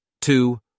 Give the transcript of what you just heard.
Two